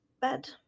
bed